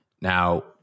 Now